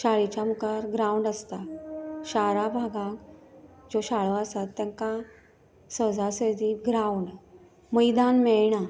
शाळेच्या मुखार ग्रावन्ड आसता शारां भागांक ज्यो शाळो आसात तांकां सहजा सहजी ग्रावन्ड मैदान मेळना